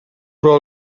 però